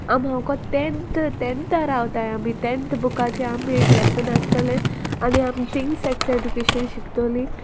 आम हांव को तेन्थ तेन्था रावताय आमी टेंथ बुकाचे आमी एक लेसन आसतले आनी आमी थिंग सॅक्स एडुकेशन शिकतोली